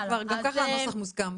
גם ככה כבר הנוסח מוסכם.